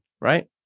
right